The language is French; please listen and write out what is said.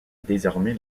désormais